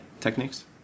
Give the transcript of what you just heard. techniques